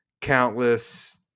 countless